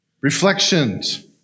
Reflections